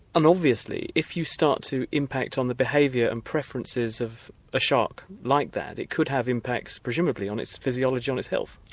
and obviously, if you start to impact on the behaviour and preferences of a shark like that, it could have impacts presumably on its physiology and on its health.